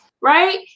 Right